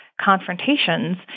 confrontations